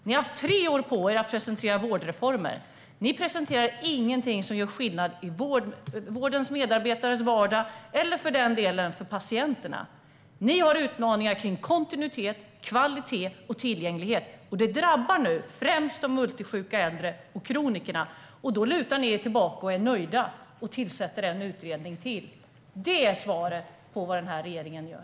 Ni har haft tre år på er att presentera vårdreformer. Ni presenterar ingenting som gör skillnad i vårdens medarbetares vardag eller för patienterna. Ni har utmaningar vad gäller kontinuitet, kvalitet och tillgänglighet. De som främst är drabbade nu är de multisjuka äldre och kronikerna, och då lutar ni er tillbaka, är nöjda och tillsätter en utredning till. Det är svaret på vad den här regeringen gör.